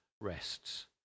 rests